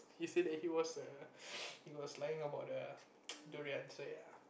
he said that he was err he was lying about the durian so ya